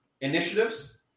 initiatives